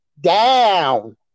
down